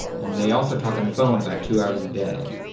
and they also talk on the phone about two hours a day.